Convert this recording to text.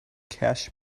cache